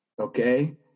okay